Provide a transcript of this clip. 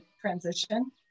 transition